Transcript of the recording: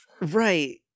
right